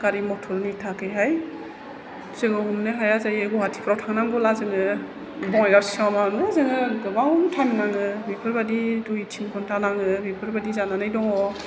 गारि मटरनि थाखायहाय जोङो हमनो हाया जायो गुवाहाटीफ्राव थांनांगौब्ला जोङो बङाइगाव सिमावनो जोङो गोबाव टाइम नाङो बेफोरबादि दुइ थिन घन्टा नाङो बेफोरबादि जानानै दङ